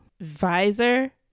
visor